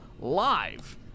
live